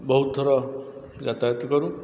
ବହୁତ ଥର ଯାତାୟାତ କରୁ